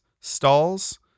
stalls